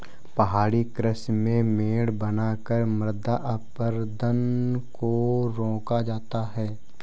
पहाड़ी कृषि में मेड़ बनाकर मृदा अपरदन को रोका जाता है